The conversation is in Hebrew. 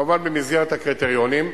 כמובן במסגרת הקריטריונים,